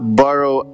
borrow